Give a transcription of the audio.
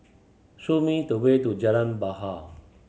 show me the way to Jalan Bahar